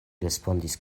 respondis